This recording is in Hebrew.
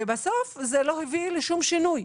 ובסוף, זה לא הביא לשום שינוי.